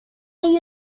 the